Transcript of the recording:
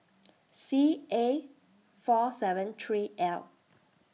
C A four seven three L